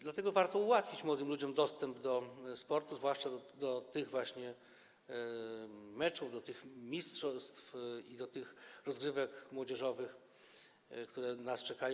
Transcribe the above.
Dlatego warto ułatwić młodym ludziom dostęp do sportu, zwłaszcza do tych właśnie meczów, do mistrzostw i rozgrywek młodzieżowych, które nas czekają.